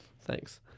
Thanks